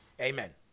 Amen